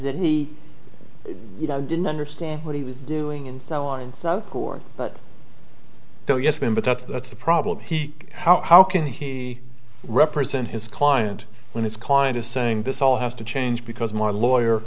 that he didn't understand what he was doing and so on and so forth but oh yes ma'am but that's that's the problem he how can he represent his client when his client is saying this all has to change because more lawyer